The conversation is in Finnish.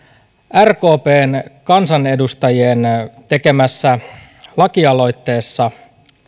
rkpn kansanedustajien tekemässä lakialoitteessa